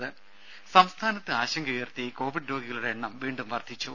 രുര സംസ്ഥാനത്ത് ആശങ്കയുയർത്തി കോവിഡ് രോഗികളുടെ എണ്ണം വീണ്ടും വർധിച്ചു